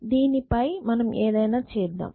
దీనిపై మనం ఏదైనా చేద్దాం